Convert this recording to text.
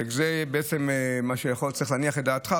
וזה מה שצריך להניח את דעתך,